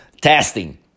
testing